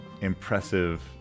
impressive